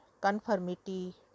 conformity